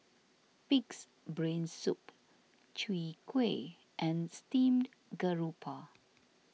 Pig's Brain Soup Chwee Kueh and Steamed Garoupa